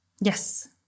Yes